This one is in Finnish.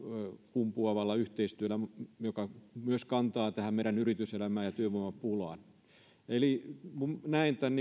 kumpuavalla yhteistyöllä joka myös kantaa tähän meidän yrityselämään ja työvoimapulaan eli näen tämän